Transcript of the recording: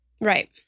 Right